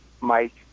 Mike